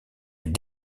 est